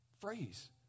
phrase